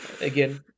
again